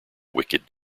wicked